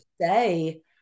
say